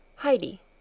Heidi